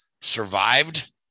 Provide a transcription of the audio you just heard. survived